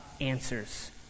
answers